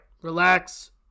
relax